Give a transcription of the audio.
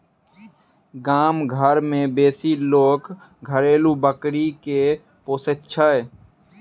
गाम घर मे बेसी लोक घरेलू बकरी के पोसैत छै